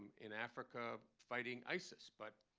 in africa fighting isis. but,